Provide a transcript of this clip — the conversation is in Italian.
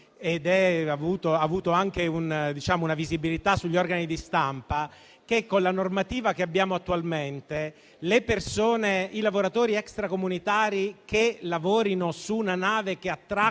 ha avuto anche una certa visibilità sugli organi di stampa - che con la normativa che abbiamo attualmente, i lavoratori extracomunitari che lavorino su una nave che attracca